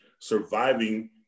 surviving